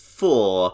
four